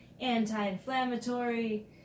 anti-inflammatory